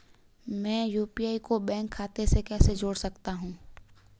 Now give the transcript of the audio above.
मैं यू.पी.आई को बैंक खाते से कैसे जोड़ सकता हूँ?